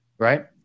Right